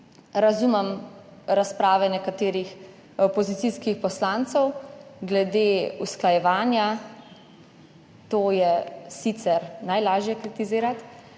razumem razprave nekaterih opozicijskih poslancev glede usklajevanja. To je sicer najlažje kritizirati.